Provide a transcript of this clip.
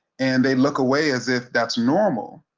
and they look away as if that's normal,